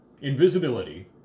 Invisibility